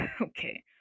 okay